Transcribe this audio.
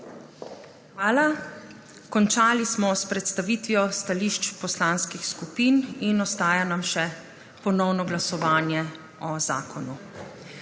Hvala. Končali smo s predstavitvijo stališč poslanskih skupin in ostaja nam še ponovno glasovanje o zakonu.